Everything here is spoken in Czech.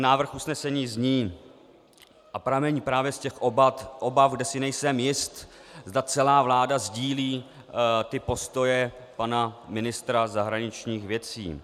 Návrh usnesení zní a pramení právě z těch obav, kde si nejsem jist, zda celá vláda sdílí postoje pana ministra zahraničních věcí: